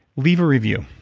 leave a review.